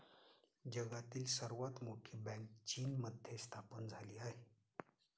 जगातील सर्वात मोठी बँक चीनमध्ये स्थापन झाली आहे